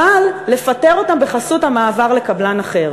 אבל לפטר אותם בחסות המעבר לקבלן אחר.